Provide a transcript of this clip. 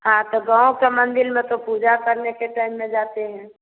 हाँ तो गाँव के मंदिल में तो पूजा करने के टाइम में जाते हैं